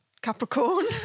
Capricorn